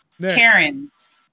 Karen's